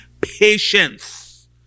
patience